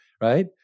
right